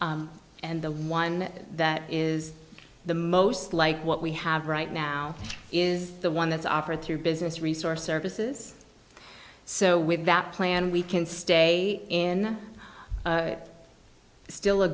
and the one that is the most like what we have right now is the one that's offered through business resource services so with that plan we can stay in still a